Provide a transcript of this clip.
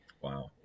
Wow